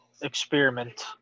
experiment